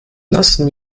lassen